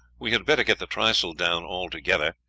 we had better get the trysail down altogether,